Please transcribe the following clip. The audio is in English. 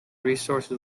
resources